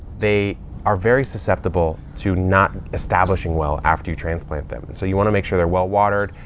they are very susceptible to not establishing well after you transplant them. and so you want to make sure they're well watered,